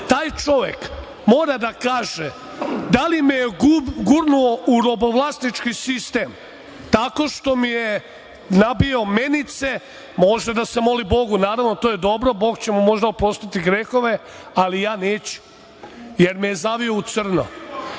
Taj čovek, mora da kaže da li me je gurnuo u robovlasnički sistem, tako što mi je nabio menice, može da se moli Bogu, naravno, to je dobro, Bog će mu možda oprostiti grehove, ali ja neću, jer me je zavio u crno